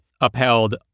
upheld